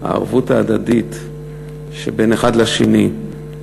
הערבות ההדדית שבין האחד לשני.